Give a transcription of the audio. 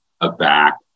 aback